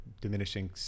diminishing